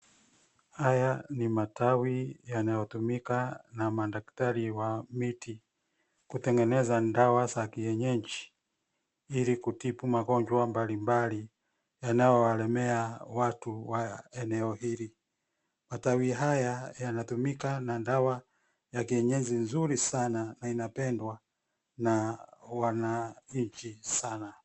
Haya ni matawi yanayotumika na madaktari wa miti, kutengeneza dawa za kienyeji, ili kutibu magonjwa mbalimbali, yanayowalemea watu wa eneo hili. Matawi haya yanatumika na dawa ya kienyeji nzuri sana, na inapendwa na wananchi sana.